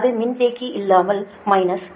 அது மின்தேக்கி இல்லாமல் மைனஸ் 36